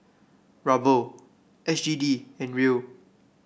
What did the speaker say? Ruble S G D and Riel